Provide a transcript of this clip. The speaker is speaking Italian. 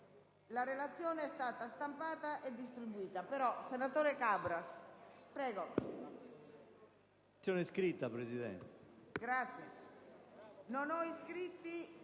La relazione è stata già stampata e distribuita.